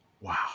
wow